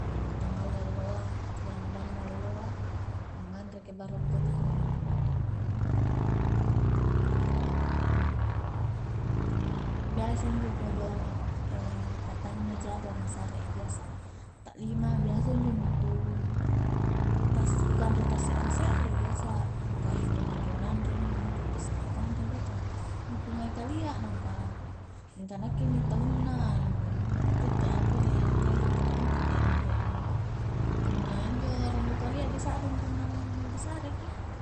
Tangallo-alloa ri hambang na alloa angnganre ki barongko dinging biasa injo kodong patanna jaga na sare a biasa ta lima biasa injo nu ku nu ku kanre ta se're-se're i biasa angkua eih ku nanro-nanro inni mukopi isse ku kanrei deh ka nu ku ngai kalia mingka nakke inni taunna nu kuttu a pole a'baju pakunjo bela jadi punna injo rannu kalia disa'ring punna nu disareki